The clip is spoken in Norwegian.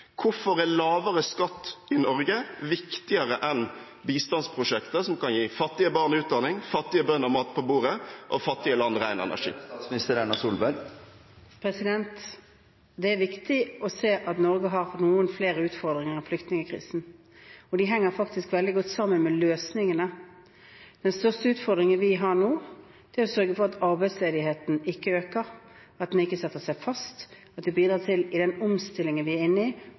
Hvorfor er lavere skatt i Norge viktigere enn bistandsprosjekter som kan gi fattige barn utdanning, fattige bønder mat på bordet og fattige land … Da er tiden ute. Det er viktig å se at Norge har noen flere utfordringer enn flyktningkrisen, og de henger faktisk veldig godt sammen med løsningene. Den største utfordringen vi har nå, er å sørge for at arbeidsledigheten ikke øker, at den ikke setter seg fast, at vi i den omstillingen vi er inne i, bidrar til å skape nye jobber. Den omstillingen vi er inne i